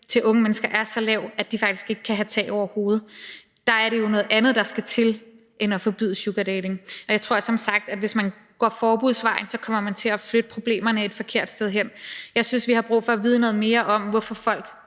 til unge mennesker er så lav, at de faktisk ikke kan få tag over hovedet. Der er det jo noget andet, der skal til, end at forbyde sugardating. Jeg tror som sagt, at hvis man går forbudsvejen, kommer man til at flytte problemerne et forkert sted hen. Jeg synes, vi har brug for at vide noget mere om, hvorfor folk